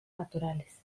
naturales